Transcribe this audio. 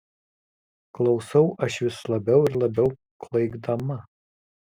klausau aš vis labiau ir labiau klaikdama